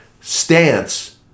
stance